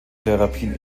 therapien